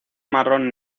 marrón